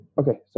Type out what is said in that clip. Okay